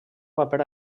paper